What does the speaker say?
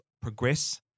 progress